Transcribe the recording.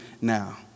now